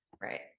Right